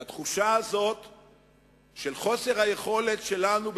כי התחושה של חוסר היכולת שלנו,